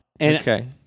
Okay